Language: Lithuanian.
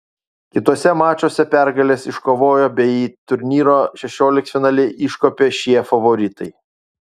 kituose mačuose pergales iškovojo bei į į turnyro šešioliktfinalį iškopė šie favoritai